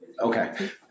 okay